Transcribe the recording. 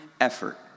effort